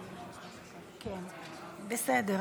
בסדר.